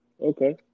Okay